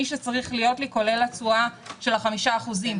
שצריך להיות לי כולל התשואה של ה-5%?